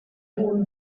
hohen